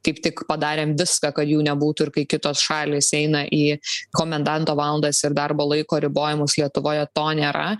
kaip tik padarėm viską kad jų nebūtų ir kai kitos šalys eina į komendanto valandas ir darbo laiko ribojimus lietuvoje to nėra